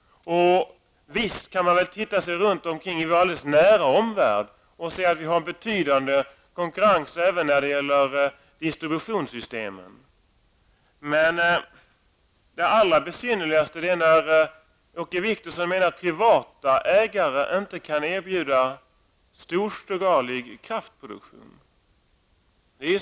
Visst kan vi titta runt i vår omvärld och se att vi har betydande konkurrens även när det gäller distributionssystemen. Det allra besynnerligaste är när Åke Wictorsson menar att privata ägare inte kan erbjuda storskalig kraftproduktion.